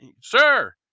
sir